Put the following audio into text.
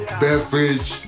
beverage